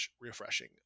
refreshing